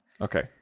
Okay